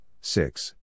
Six